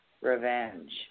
revenge